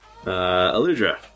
Aludra